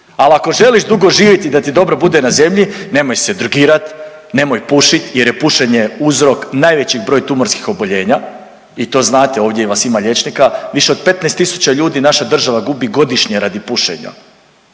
al ako želiš dugo živjeti i da ti dobro bude na zemlji nemoj se drogirat, nemoj pušit jer je pušenje uzrok najveći broj tumorskih oboljenja i to znate, ovdje vas ima liječnika, više od 15 tisuća ljudi naša država gubi godišnje radi pušenja,